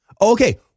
okay